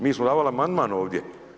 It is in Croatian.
Mi smo davali amandman ovdje.